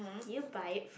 you buy it